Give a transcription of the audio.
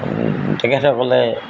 তেখেতসকলে